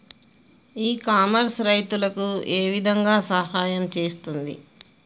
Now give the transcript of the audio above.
ఇ commerce రైతులకు ఏ విధంగా సహాయం చేస్తుంది?